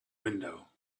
window